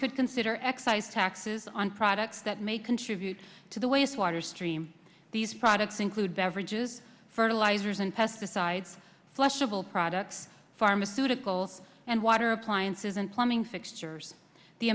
could consider excise taxes on products that may contribute to the wastewater stream these products include beverages fertilizers and pesticides flushable products pharmaceuticals and water appliances and plumbing fixtures the